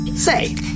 Say